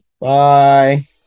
Bye